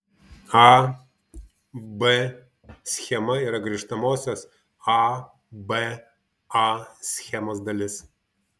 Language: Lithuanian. a b schema yra grįžtamosios a b a schemos dalis